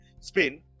Spain